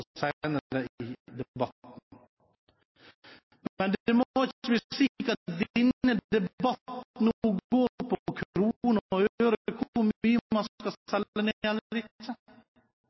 i debatten. Men det må ikke bli slik at denne debatten nå går på kroner og øre når det gjelder hvor mye man skal selge ned eller ikke. Nå er